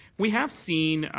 we have seen